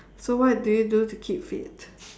so what do you do to keep fit